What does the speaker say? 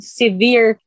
severe